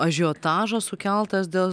ažiotažas sukeltas dėl